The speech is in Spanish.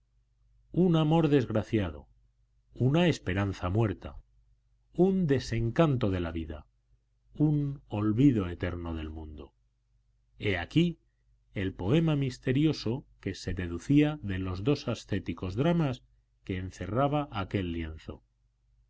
un amor desgraciado una esperanza muerta un desencanto de la vida un olvido eterno del mundo he aquí el poema misterioso que se deducía de los dos ascéticos dramas que encerraba aquel lienzo por